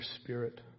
spirit